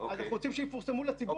אז אנחנו רוצים שזה יפורסם לציבור.